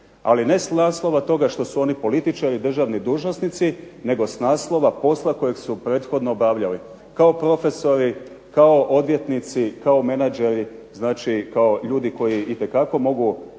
Ali ne s naslova toga što su oni političari, državni dužnosnici, nego s naslova posla kojeg su prethodno obavljali, kao profesori, kao odvjetnici kao menageri, kao ljudi koji itekako mogu